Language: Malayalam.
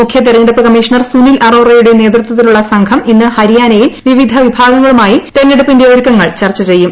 മുഖ്യതെരഞ്ഞെടുപ്പ് കമ്മീഷണർ സുനിൽ അറോറയുടെ നേതൃതിത്തിലുള്ള സംഘം ഇന്ന് ഹരിയാനയിൽ വിവിധ വിഭാഗങ്ങളുമായി തെരഞ്ഞെടുപ്പിന്റെ ഒരുക്കങ്ങൾ ചർച്ച ചെയ്യും